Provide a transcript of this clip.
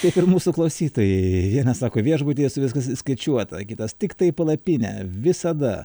kaip ir mūsų klausytojai vienas sako viešbutyje su viskas įskaičiuota kitas tiktai palapinę visada